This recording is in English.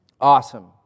Awesome